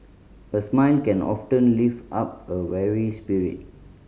a smile can often lift up a weary spirit